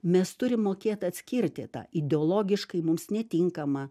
mes turim mokėt atskirti tą ideologiškai mums netinkamą